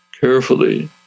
carefully